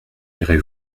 irez